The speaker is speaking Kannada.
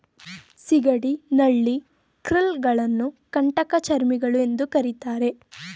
ಸಿಗಡಿ, ನಳ್ಳಿ, ಕ್ರಿಲ್ ಗಳನ್ನು ಕಂಟಕಚರ್ಮಿಗಳು ಎಂದು ಕರಿತಾರೆ